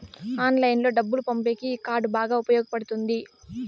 ఆన్లైన్లో డబ్బులు పంపేకి ఈ కార్డ్ బాగా ఉపయోగపడుతుంది